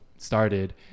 started